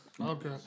Okay